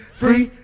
free